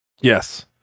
Yes